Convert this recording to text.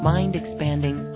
Mind-expanding